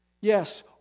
Yes